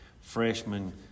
freshman